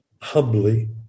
humbly